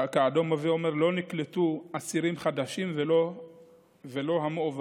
הווי אומר, לא נקלטו אסירים חדשים ולא מועברים